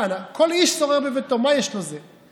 כל איש שורר בביתו, מה יש לו, זה?